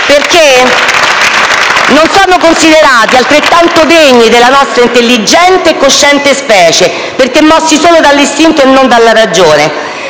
perché non sono considerati altrettanto degni della nostra intelligente e cosciente specie, perché mossi solo dall'istinto e non dalla ragione.